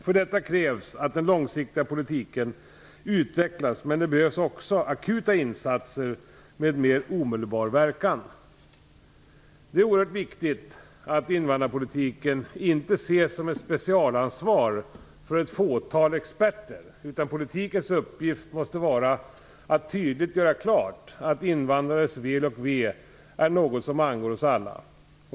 För detta krävs att den långsiktiga politiken utvecklas, men det behövs också akuta insatser med mer omedelbar verkan. Det är oerhört viktigt att invandrarpolitiken inte ses som ett specialansvar för ett fåtal experter, utan politikens uppgift måste vara att tydligt göra klart att invandrares väl och ve är något som angår oss alla.